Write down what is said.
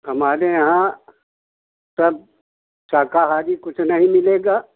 हमारे यहाँ तब शाकाहारी कुछ नहीं मिलेगा